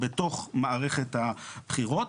בתוך מערכת הבחירות.